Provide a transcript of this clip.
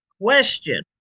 question